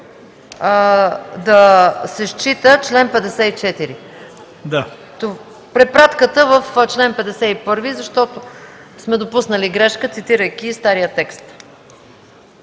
да се счита „чл. 54” – препратката в чл. 51, защото сме допуснали грешка, цитирайки стария текст.